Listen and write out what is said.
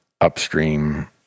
upstream